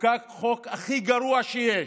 חוקק חוק הכי גרוע שיש,